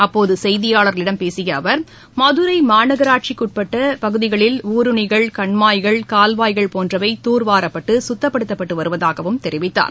அப்போது செய்தியாளர்களிடம் பேசிய அவர் மதுரை மாநகராட்சிக்கு உட்பட்ட பகுதிகளில் ஊருணிகள் கண்மாய்கள் கால்வாய்கள் போன்றவை தூர்வாரப்பட்டு கத்தப்படுத்தப்பட்டு வருவதாகவும் தெரிவித்தார்